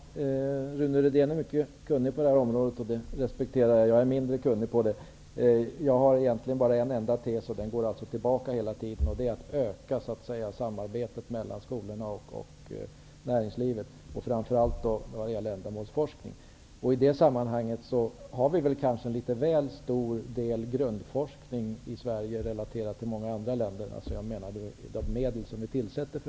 Herr talman! Rune Rydén är mycket kunnig på detta område. Det respekterar jag. Jag är mindre kunnig. Jag har egentligen bara en enda tes, nämligen att man skall öka samarbetet mellan skolorna och näringslivet, framför allt vad gäller ändamålsforskning. I det sammanhanget ger vi i Sverige en litet väl stor del av medlen till grundforskning i jämförelse med vad man gör i många andra länder.